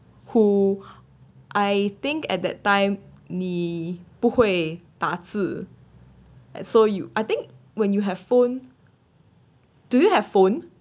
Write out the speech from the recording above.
who I think at that time 你不会打字 and so you I think when you have phone do you have phone